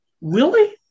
Willie